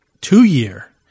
two-year